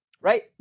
right